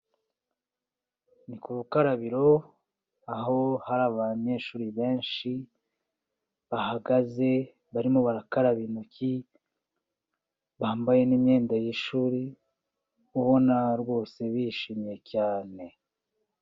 Ni ku rukarabiro aho hari abanyeshuri benshi, bahagaze barimo barakaraba intoki, bambaye n'imyenda y'ishuri, ubona rwose bishimye cyane.